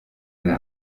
eine